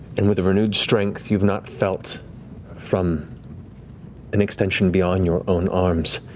and with renewed strength you've not felt from an extension beyond your own arms,